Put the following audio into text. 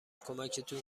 کمکتون